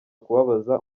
kubabaza